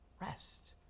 Rest